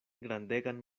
grandegan